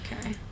Okay